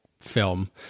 film